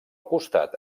costat